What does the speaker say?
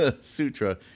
sutra